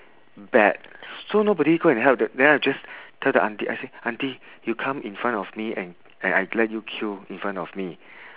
bad so nobody go and help then I just tell the aunty I said aunty you come in front of me and and I let you queue in front of me